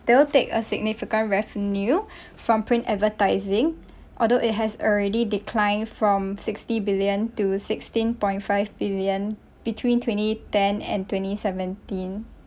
they will take a significant revenue from print advertising although it has already declined from sixty billion to sixteen point five billion between twenty ten and twenty seventeen